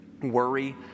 worry